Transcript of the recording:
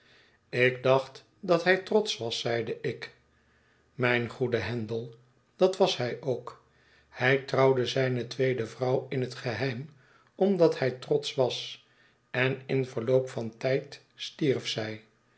ik dacht dat hij trotsch was zeide ik mijn goede handel dat was hij ook hij trouwde zijne tweede vrouw in het geheim omdat hij trotsch was en in verloop van tijd stierf zij